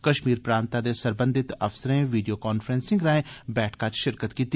कश्मीर प्रांतै दे सरबंधित अफसरें वीडियो कांफ्रैंसिंग राए बैठका शिरकत कीती